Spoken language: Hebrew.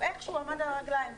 והוא איכשהו עמד על הרגליים,